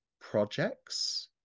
projects